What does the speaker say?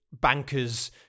bankers